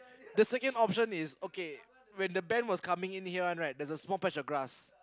the second option is okay when the bend was coming in here [one] right there's a small patch of grass